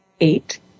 eight